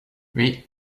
oui